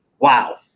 wow